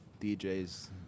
DJs